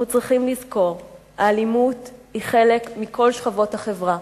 אנחנו צריכים לזכור שהאלימות היא חלק מכל שכבות החברה,